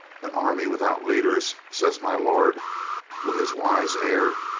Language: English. an army without leaders, says my lord with his wise air,